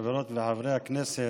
חברות וחברי הכנסת,